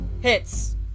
Hits